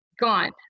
gone